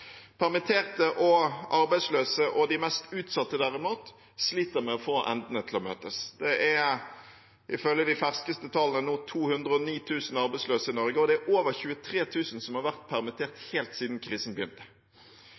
Permitterte og arbeidsløse og de mest utsatte sliter derimot med å få endene til å møtes. Det er, ifølge de ferskeste tallene, nå 209 000 arbeidsløse i Norge, og det er over 23 000 som har vært permittert helt siden krisen begynte.